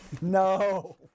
No